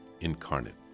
incarnate